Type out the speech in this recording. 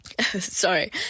sorry